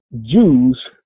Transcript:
Jews